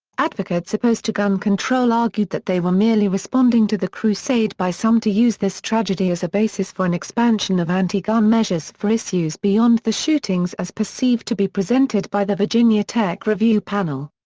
advocates opposed to gun control argued that they were merely responding to the crusade by some to use this tragedy as a basis for an expansion of anti-gun measures for issues beyond the shootings as perceived to be presented by the virginia tech review panel.